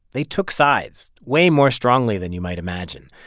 they took sides way more strongly than you might imagine.